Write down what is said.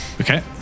Okay